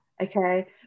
okay